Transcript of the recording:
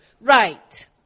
Right